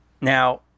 now